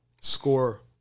score